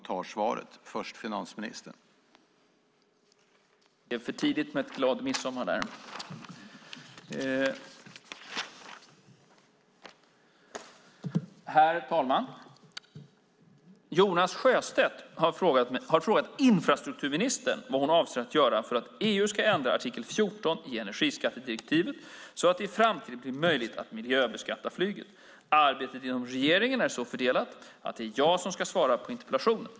Herr talman! Jonas Sjöstedt har frågat infrastrukturministern vad hon avser att göra för att EU ska ändra artikel 14 i energiskattedirektivet så att det i framtiden blir möjligt att miljöbeskatta flyget. Arbetet inom regeringen är så fördelat att det är jag som ska svara på interpellationen.